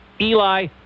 Eli